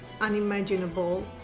unimaginable